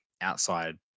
outside